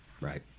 right